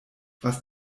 was